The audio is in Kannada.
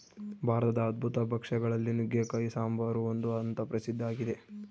ಭಾರತದ ಅದ್ಭುತ ಭಕ್ಷ್ಯ ಗಳಲ್ಲಿ ನುಗ್ಗೆಕಾಯಿ ಸಾಂಬಾರು ಒಂದು ಅಂತ ಪ್ರಸಿದ್ಧ ಆಗಿದೆ